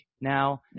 now